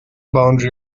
boundary